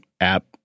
app